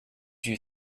you